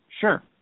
sure